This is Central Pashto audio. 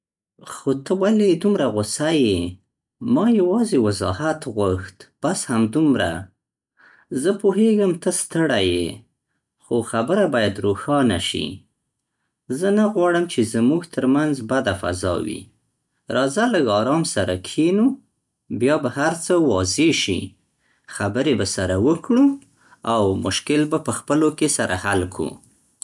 خو ته ولې دومره غوسه یې؟ ما یوازې وضاحت غوښت، بس همدومره. زه پوهېږم ته ستړی یې، خو خبره باید روښانه شي. زه نه غواړم چې زموږ ترمنځ بده فضا وي. راځه لږ آرام سره کښېنو، بیا به هر څه واضح شي. خبرې به سره وکړو او مشکل به په خپلو کې حل کړو.